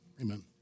amen